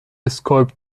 اسکایپ